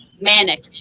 Manic